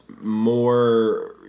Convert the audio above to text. more